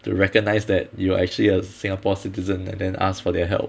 to recognise that you are actually a singapore citizen and then ask for their help